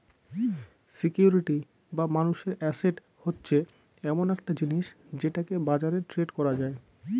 security বা মানুষের asset হচ্ছে এমন একটা জিনিস যেটাকে বাজারে ট্রেড করা যায়